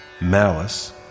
malice